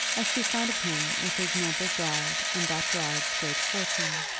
as she thought of him with his noble bride and that bride's great fortune,